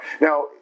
Now